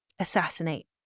assassinate